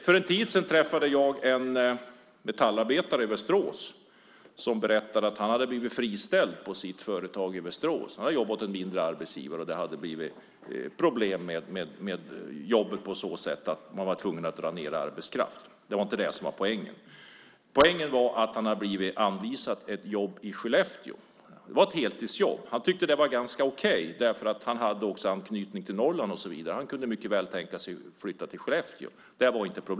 För en tid sedan träffade jag en metallarbetare i Västerås, som berättade att han hade blivit friställd. Han hade jobbat hos en mindre arbetsgivare i Västerås, och det hade blivit problem och man var tvungen att dra ned på arbetskraften. Men det var inte det som var poängen. Poängen var att han hade blivit anvisad ett jobb i Skellefteå. Det var ett heltidsjobb, och han tyckte att det var ganska okej, för han hade anknytning till Norrland och kunde tänka sig att flytta till Skellefteå.